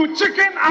chicken